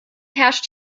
herrscht